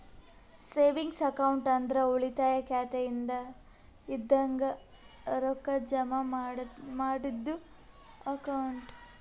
savings account ಅಂದ್ರ ಉಳಿತಾಯ ಖಾತೆ ಇದಂಗ ರೊಕ್ಕಾ ಜಮಾ ಮಾಡದ್ದು ಅಕೌಂಟ್